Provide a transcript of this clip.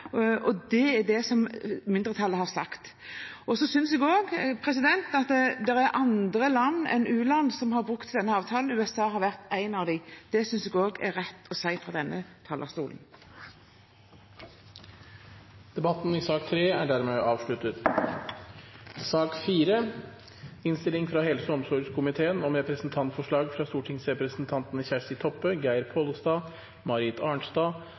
tilfellene, og det er det mindretallet har sagt. Det er også andre land enn u-land som har brukt denne avtalen, USA er ett av dem. Det synes jeg også er rett å si fra denne talerstolen. Flere har ikke bedt om ordet til sak nr. 3. Etter ønske fra helse- og omsorgskomiteen